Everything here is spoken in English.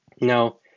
Now